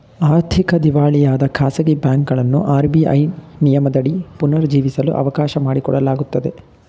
ಆರ್ಥಿಕ ದಿವಾಳಿಯಾದ ಖಾಸಗಿ ಬ್ಯಾಂಕುಗಳನ್ನು ಆರ್.ಬಿ.ಐ ನಿಯಮದಡಿ ಪುನರ್ ಜೀವಿಸಲು ಅವಕಾಶ ಮಾಡಿಕೊಡಲಾಗುತ್ತದೆ